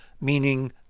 meaning